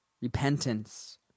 repentance